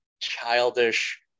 childish